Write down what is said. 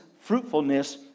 fruitfulness